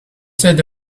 said